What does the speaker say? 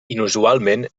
inusualment